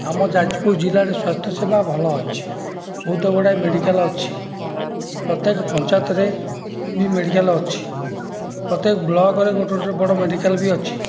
ଆମ ଯାଜପୁର ଜିଲ୍ଲାରେ ସ୍ୱାସ୍ଥ୍ୟ ସେବା ଭଲଅଛି ବହୁତ ଗୁଡ଼ାଏ ମେଡ଼ିକାଲ୍ ଅଛି ପ୍ରତ୍ୟେକ ପଞ୍ଚାୟତରେ ବି ମେଡ଼ିକାଲ୍ ଅଛି ପ୍ରତ୍ୟେକ ବ୍ଲକ୍ରେ ଗୋଟେ ଗୋଟେ ବଡ଼ ମେଡ଼ିକାଲ୍ ବି ଅଛି